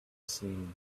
seen